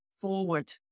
forward